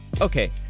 Okay